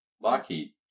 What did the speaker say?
Lockheed